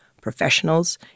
Professionals